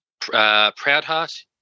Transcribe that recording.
Proudheart